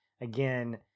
Again